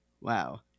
Wow